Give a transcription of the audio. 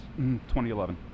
2011